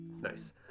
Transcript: Nice